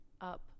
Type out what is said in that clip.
up